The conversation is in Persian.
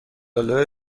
آلا